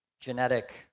genetic